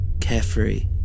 carefree